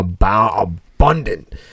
abundant